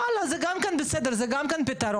ואללה, זה גם כן בסדר, זה גם כן פתרון.